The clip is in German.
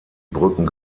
brücken